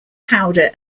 powder